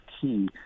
key